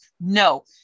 No